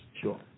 Sure